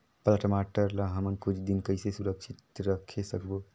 पाला टमाटर ला हमन कुछ दिन कइसे सुरक्षित रखे सकबो?